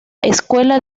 escuela